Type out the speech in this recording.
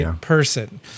person